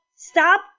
Stop